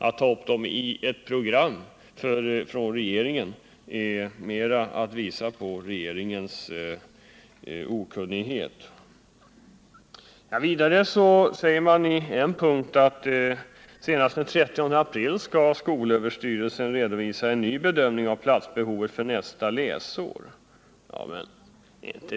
Att som regeringen gör ta upp dem i ett program är mera att visa på regeringens okunnighet. Vidare sägs under en punkt att skolöverstyrelsen senast den 30 april skall redovisa en ny bedömning av platsbehovet för nästa läsår.